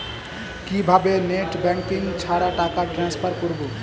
কিভাবে net banking ছাড়া টাকা ট্রান্সফার করবো?